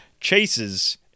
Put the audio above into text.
Chase's